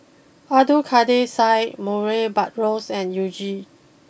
Abdul Kadir Syed Murray Buttrose and you Jin